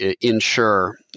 ensure